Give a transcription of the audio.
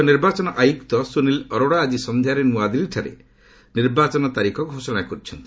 ମୁଖ୍ୟ ନିର୍ବାଚନ ଆୟୁକ୍ତ ସୁନୀଲ ଆରୋରା ଆଜି ସନ୍ଧ୍ୟାରେ ନୂଆଦିଲ୍ଲୀଠାରେ ନିର୍ବାଚନ ତାରିଖ ଘୋଷଣା କରିଛନ୍ତି